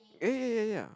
eh eh ya ya